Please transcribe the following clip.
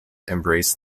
embraced